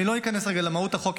אני לא איכנס כרגע למהות החוק,